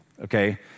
Okay